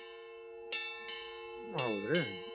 ಹಾಂ ಹಾಂ okay address ಕೊಟ್ಟು ಹಾಂ